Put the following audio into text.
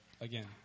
again